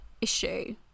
issue